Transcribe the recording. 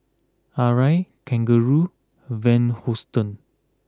Arai Kangaroo Van Houten